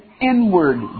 inward